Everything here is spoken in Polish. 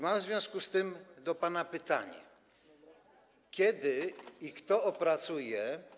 Mam w związku z tym do pana pytanie: Kiedy i kto opracuje.